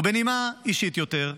ובנימה אישית יותר,